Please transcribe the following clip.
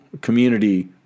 community